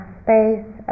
space